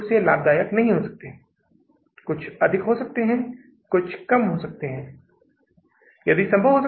जो भी नकदी की राशि जून महीने के अंत में हमारे पास बची है वह नकदी का समापन शेष जुलाई महीने के लिए शुरुआती शेष बन जाएगा